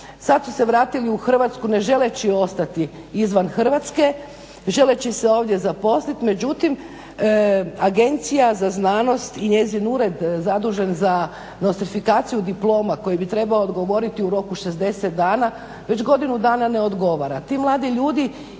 Sad su se vratili u Hrvatsku ne želeći ostati izvan Hrvatske, želeći se ovdje zaposliti. Međutim, Agencija za znanost i njezin Ured zadužen za nostrifikaciju diploma koji bi trebao odgovoriti u roku od 60 dana već godinu dana ne odgovara.